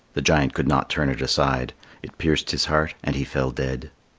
the giant could not turn it aside it pierced his heart, and he fell dead.